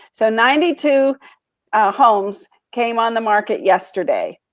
so ninety two homes came on the market yesterday.